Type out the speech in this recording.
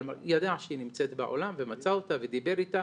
אבל הוא ידע שהיא נמצאת בעולם ומצא אותה ודיבר איתה,